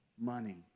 money